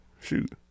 Shoot